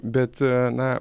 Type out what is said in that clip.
bet na